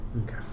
Okay